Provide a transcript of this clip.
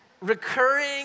recurring